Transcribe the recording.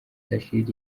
shassir